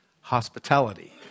hospitality